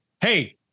hey